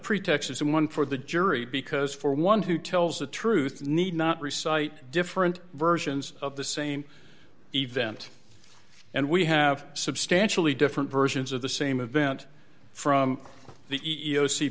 pretexts and one for the jury because for one who tells the truth need not reciting different versions of the same event and we have substantially different versions of the same event from the e